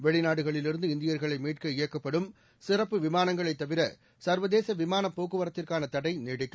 வெளிநாடுகளிலிருந்து இந்தியர்களை மீட்க இயக்கப்படும் சிறப்பு விமானங்களைத் தவிர சர்வதேச விமானப் போக்குவரத்திற்கான தடை நீடிக்கும்